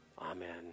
Amen